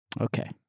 Okay